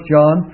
John